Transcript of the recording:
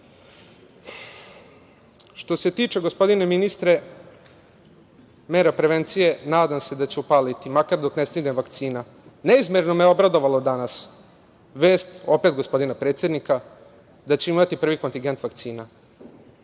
se tiče, gospodine ministre, mera prevencije, nadam se da će upaliti, makar dok ne stigne vakcina. Neizmerno me obradovala danas vest opet gospodina predsednika da ćemo imati prvi kontigent vakcina,